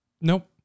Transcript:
Nope